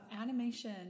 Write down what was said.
animation